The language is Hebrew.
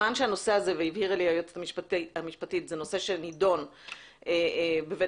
הבהירה לי היועצת המשפטית שזה נושא שנדון בבית